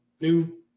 new